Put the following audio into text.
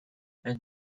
and